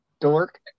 dork